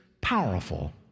powerful